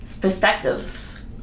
perspectives